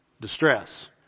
distress